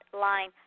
line